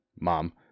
mom